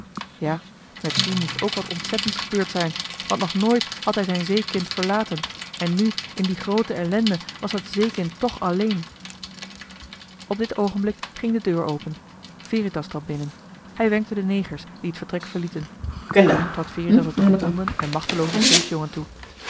ja met dien moest ook wat ontzettends gebeurd zijn want nog nooit had hij zijn joh h been paddeltje de scheepsjongen van michiel de ruijter zeekind verlaten en nu in die groote ellende was dat zeekind toch alleen op dit oogenblik ging de deur open veritas trad binnen hij wenkte de negers die het vertrek verlieten toen trad veritas op den gebonden en machteloozen scheepsjongen toe